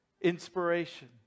inspiration